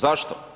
Zašto?